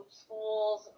schools